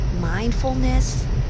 mindfulness